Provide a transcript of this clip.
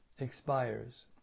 expires